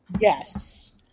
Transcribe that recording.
Yes